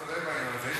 אתה צודק בעניין הזה.